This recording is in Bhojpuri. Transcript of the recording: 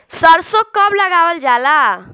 सरसो कब लगावल जाला?